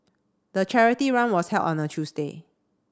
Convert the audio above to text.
the charity run was held on a Tuesday